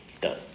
Done